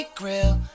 grill